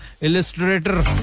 Illustrator